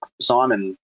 Simon